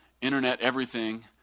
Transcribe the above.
internet-everything